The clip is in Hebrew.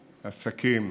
עסקים,